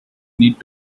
need